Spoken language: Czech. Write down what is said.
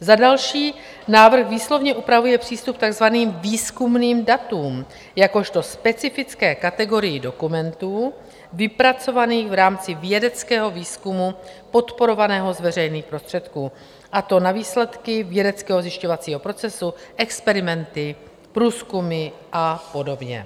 Za další, návrh výslovně upravuje přístup k takzvaným výzkumným datům, datům jakožto specifické kategorii dokumentů vypracovaných v rámci vědeckého výzkumu podporovaného z veřejných prostředků, a to na výsledky vědeckého zjišťovacího procesu experimenty, průzkumy a podobně.